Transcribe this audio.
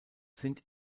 sind